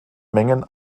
mengen